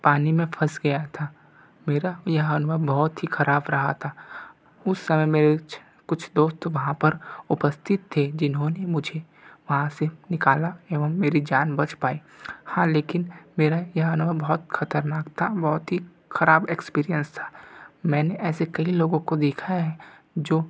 पानी में फंस गया था मेरा यह अनुभव बहुत ही खराब रहा था उस समय मेरे कुछ कुछ दोस्त वहाँ पर उपस्थित थे जिन्होंने मुझे वहाँ से निकाला एवं मेरी जान बच पाई हाँ लेकिन मेरा यह अनुभव बहुत खतरनाक था बहुत ही खराब एक्सपीरियंस था मैंने ऐसे कई लोगों को देखा है जो